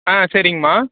ஆ சரிங்கம்மா